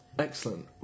excellent